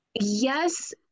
yes